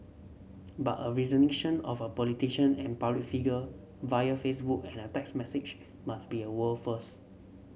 but a resignation of a politician and public figure via Facebook and a text message must be a world first